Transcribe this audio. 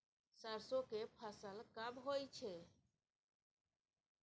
सरसो के फसल कब होय छै?